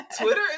Twitter